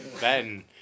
Ben